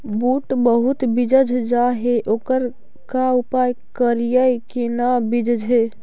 बुट बहुत बिजझ जा हे ओकर का उपाय करियै कि न बिजझे?